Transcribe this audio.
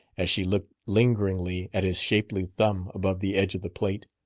as she looked lingeringly at his shapely thumb above the edge of the plate.